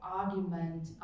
argument